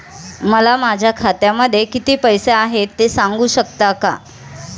मला माझ्या खात्यामध्ये किती पैसे आहेत ते सांगू शकता का?